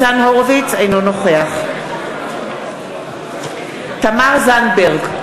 אינו נוכח תמר זנדברג,